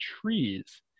trees